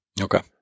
okay